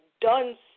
done